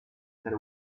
tre